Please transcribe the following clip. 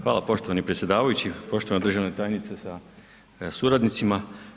Hvala poštovani predsjedavajući, poštovani državni tajnice sa suradnicima.